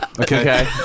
Okay